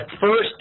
first